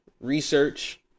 research